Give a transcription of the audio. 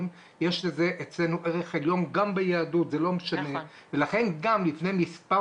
יש לזה אצלנו ערך עליון גם ביהדות ולכן לפני מספר